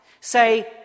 Say